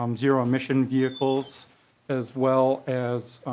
um zero emission vehicles as well as